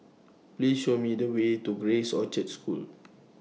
Please Show Me The Way to Grace Orchard School